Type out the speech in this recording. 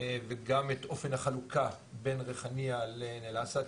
וגם את אופן החלוקה בין ריחאניה לעין אל-אסד,